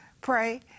pray